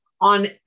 on